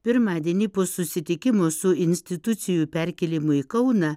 pirmadienį po susitikimo su institucijų perkėlimu į kauną